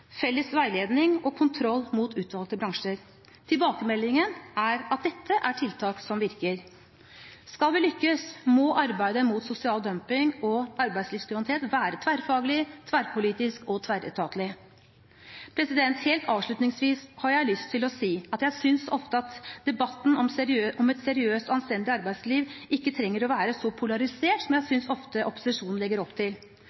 felles veiledning og kontroll av utvalgte bransjer. Tilbakemeldingen er at dette er tiltak som virker. Skal vi lykkes, må arbeidet mot sosial dumping og arbeidslivskriminalitet være tverrfaglig, tverrpolitisk og tverretatlig. Helt avslutningsvis har jeg lyst til å si at debatten om et seriøst og anstendig arbeidsliv ikke trenger å være så polarisert som jeg ofte synes opposisjonen legger opp til.